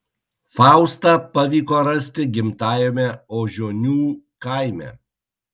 faustą pavyko rasti gimtajame ožionių kaime